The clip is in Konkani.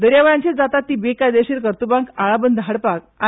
दर्यां वेळांचेर जातात ती बेकायदेशीर कर्तुबांक आळाबंद हाडपाक आय